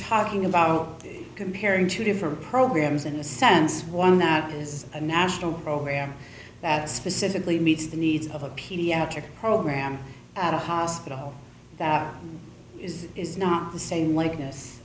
talking about comparing two different programs in the sense one that is a national program that specifically meets the needs of a pediatric program at a hospital that is is not the same li